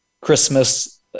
Christmas